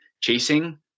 chasing